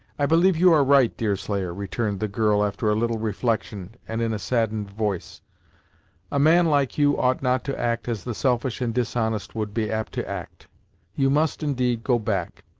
i believe you are right, deerslayer, returned the girl, after a little reflection and in a saddened voice a man like you ought not to act as the selfish and dishonest would be apt to act you must, indeed, go back.